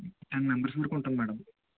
ten members వరకు ఉంటాం madam